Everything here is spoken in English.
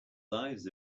lives